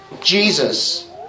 Jesus